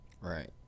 Right